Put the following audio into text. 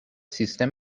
سیستم